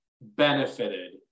benefited